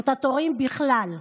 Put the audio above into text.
את התורים בכלל?